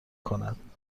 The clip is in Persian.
کند